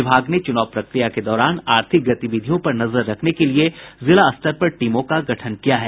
विभाग ने चुनाव प्रक्रिया के दौरान आर्थिक गतिविधियों पर नजर रखने के लिए जिलास्तर पर टीमों का गठन किया है